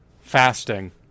fasting